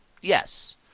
Yes